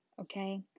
Okay